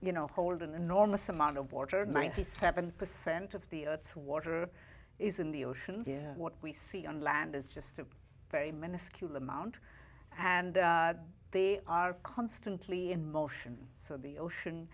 you know hold an enormous amount of water ninety seven percent of the earth's water is in the ocean what we see on land is just a very minuscule amount and they are constantly in motion so the ocean